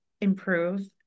improve